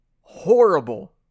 horrible